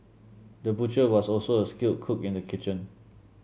the butcher was also a skilled cook in the kitchen